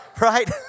Right